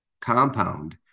compound